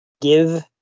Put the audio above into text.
give